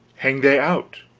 hang they out